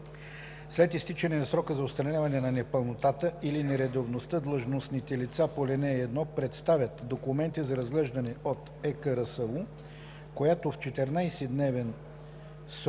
След изтичането на срока за отстраняване на непълнотата или нередовността длъжностните лица по ал. 1 представят документите за разглеждане от ЕКРСУ, която в 14 дневен срок